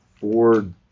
Ford